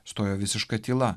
stojo visiška tyla